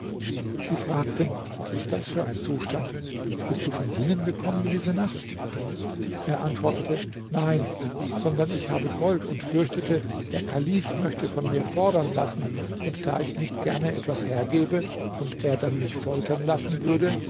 sie fragten was ist das für ein zustand bist du von sinnen gekommen diese nacht er antwortete nein sondern ich habe gold und fürchtete der kalif möchte von mir fordern lassen und da ich nicht gerne etwas hergebe und er dann mich foltern lassen würde